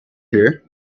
here